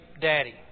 Daddy